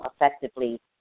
effectively